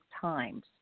times